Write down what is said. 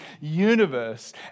universe